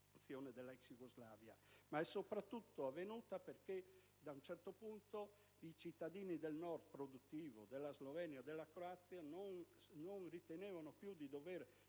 ma soprattutto perché a un certo punto i cittadini del Nord produttivo, della Slovenia e della Croazia, non ritenevano più di dover